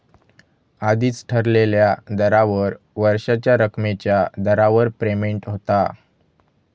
आधीच ठरलेल्या दरावर वर्षाच्या रकमेच्या दरावर पेमेंट होता